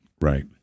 Right